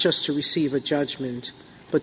just to receive a judgment but